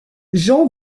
jean